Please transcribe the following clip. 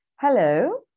Hello